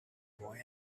boy